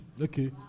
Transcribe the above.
Okay